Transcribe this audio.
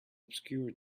obscure